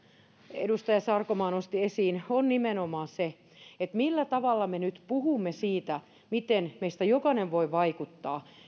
edustaja sarkomaa nosti esiin on nimenomaan se millä tavalla me nyt puhumme siitä miten meistä jokainen voi vaikuttaa